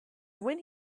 when